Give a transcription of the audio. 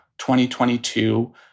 2022